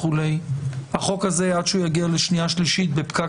עד שהחוק הזה יגיע לקריאה שנייה ושלישית בפקק